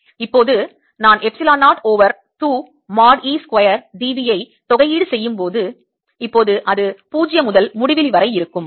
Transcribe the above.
இப்போது நான் epsilon 0 over 2 mod E square dV ஐ தொகையீடு செய்யும்போது இப்போது அது 0 முதல் முடிவிலி வரை இருக்கும்